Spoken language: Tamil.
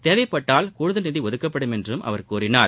தேவைப்பட்டால் கூடுதல் நிதி ஒதுக்கப்படும் என்றும் அவர் கூறினார்